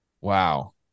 Wow